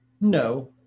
No